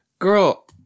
Girl